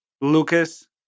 Lucas